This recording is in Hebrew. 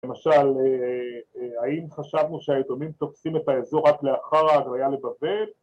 ‫למשל, האם חשבנו שיתומים ‫תופסים את האזור רק לאחר ההגליה לבבית?